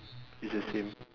its the same